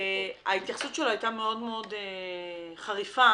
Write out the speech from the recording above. ההתייחסות שלו היתה מאוד-מאוד חריפה.